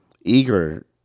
eager